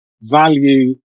value